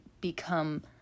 become